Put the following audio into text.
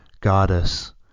goddess